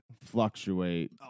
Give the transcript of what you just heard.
fluctuate